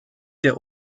der